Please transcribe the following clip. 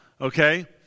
Okay